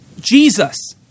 Jesus